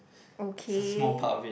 okay